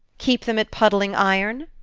keep them at puddling iron?